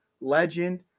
legend